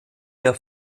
der